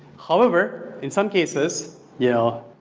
however, in some cases you know,